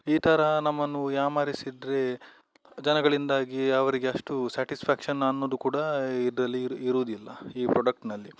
ಈ ಥರ ನಮ್ಮನ್ನು ಯಾಮಾರಿಸಿದರೆ ಜನಗಳಿಂದಾಗಿ ಅವರಿಗೆ ಅಷ್ಟು ಸಾಟಿಸ್ಫ್ಯಾಕ್ಷನ್ ಅನ್ನೋದು ಕೂಡ ಇದರಲ್ಲಿ ಇರು ಇರುವುದಿಲ್ಲ ಈ ಪ್ರೊಡಕ್ಟ್ನಲ್ಲಿ